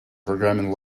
programming